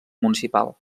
municipal